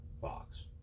Fox